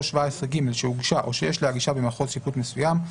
17ג שהוגשה או שיש להגישה במחוז שיפוט מסוים,